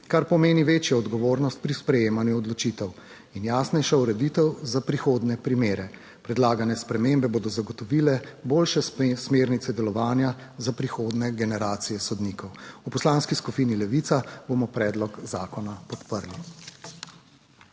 kar pomeni večjo odgovornost pri sprejemanju odločitev in jasnejšo ureditev za prihodnje primere. Predlagane spremembe bodo zagotovile boljše smernice delovanja. Za prihodnje generacije sodnikov. V Poslanski skupini Levica bomo predlog zakona podprli.